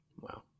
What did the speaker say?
Wow